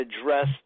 address